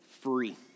free